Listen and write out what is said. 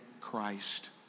Christ